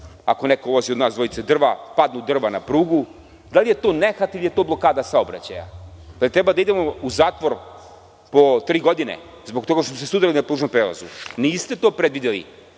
Ako neko vozi od nas drva, padnu drva na prugu. Da li je to nehat ili je to blokada saobraćaja? Da li treba da idemo u zatvor po tri godine zbog toga što smo se sudili na pružnom prelazu. Niste to predvideli